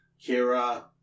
Kira